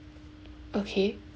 okay